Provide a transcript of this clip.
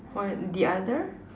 one the other